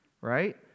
right